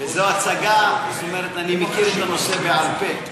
וזו הצגה, זאת אומרת, אני מכיר את הנושא בעל פה.